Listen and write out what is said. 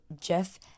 Jeff